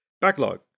backlog